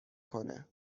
کنه